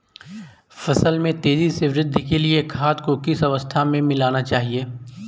फसल में तेज़ी से वृद्धि के लिए खाद को किस अवस्था में मिलाना चाहिए?